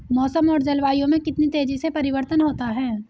मौसम और जलवायु में कितनी तेजी से परिवर्तन होता है?